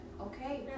Okay